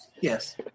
Yes